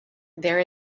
there